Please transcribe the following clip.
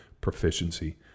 proficiency